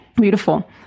beautiful